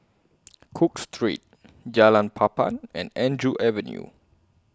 Cook Street Jalan Papan and Andrew Avenue